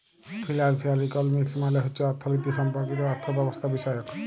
financial economics মালে হছে অথ্থলিতি সম্পর্কিত অথ্থব্যবস্থাবিষয়ক